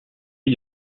est